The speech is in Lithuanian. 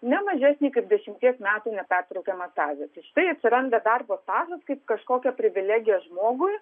ne mažesnį kaip dešimties metų nepertraukiamą stažą štai atsiranda darbo stažas kaip kažkokia privilegija žmogui